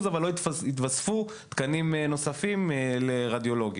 אבל לא התווספו תקנים נוספים לרדיולוגים.